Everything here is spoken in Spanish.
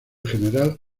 general